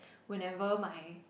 whenever my